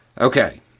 Okay